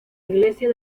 iglesia